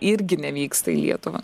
irgi nevyksta į lietuvą